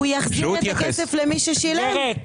שהוא יחזיר את הכסף למי ששילם.